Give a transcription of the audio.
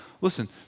Listen